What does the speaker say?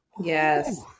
yes